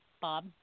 bob